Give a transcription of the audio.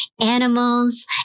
animals